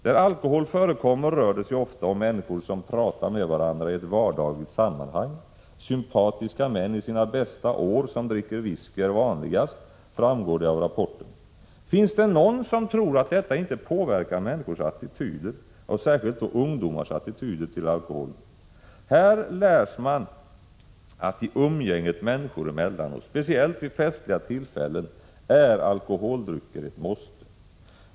Där alkohol förekommer rör det sig ofta om människor som pratar med varandra i ett vardagligt sammanhang. Sympatiska män i sina bästa år som dricker visky är vanligast, framgår det av rapporten. Finns det någon som tror att detta inte påverkar människors attityder, och särskilt då ungdomars attityder, till alkoholen? Här lärs man att alkoholdrycker i umgänget människor emellan, och speciellt vid festliga tillfällen, är ett måste.